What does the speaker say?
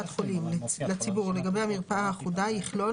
חולים לציבור לגבי המרפאה האחודה יכלול,